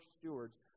stewards